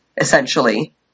essentially